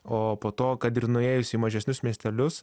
o po to kad ir nuėjus į mažesnius miestelius